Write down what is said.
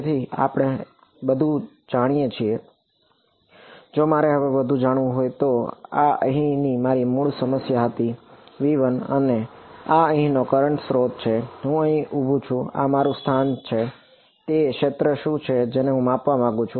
તેથી હવે આપણે બધું જાણીએ છીએ જો મારે હવે વધુ જાણવું હોય તો આ અહીંની મારી મૂળ સમસ્યા હતીV1 અને આ અહીંનો કરંટ સ્ત્રોત છે હું અહીં ઊભું છું આ મારું સ્થાન છે તે ક્ષેત્ર શું છે જેને હું માપવા માંગું છું